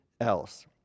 else